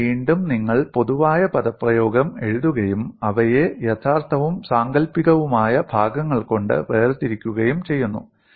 ഇവിടെ വീണ്ടും നിങ്ങൾ പൊതുവായ പദപ്രയോഗം എഴുതുകയും അവയെ യഥാർത്ഥവും സാങ്കൽപ്പികവുമായ ഭാഗങ്ങൾ കൊണ്ട് വേർതിരിക്കുകയും ചെയ്യുന്നു